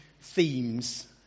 themes